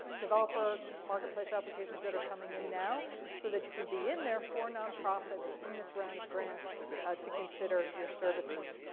developer marketplace applications that are coming in now so that you can be in there for nonprofits in this round of grants to consider your services.